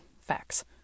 facts